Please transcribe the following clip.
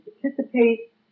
participate